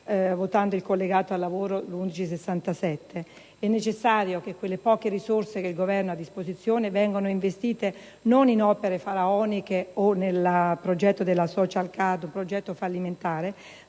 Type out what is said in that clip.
lavoro (disegno di legge n. 1167). È necessario che quelle poche risorse che il Governo ha a disposizione vengano investite, non in opere faraoniche o nel progetto della *social card*, un progetto fallimentare,